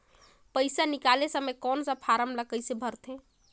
पइसा निकाले समय कौन सा फारम ला कइसे भरते?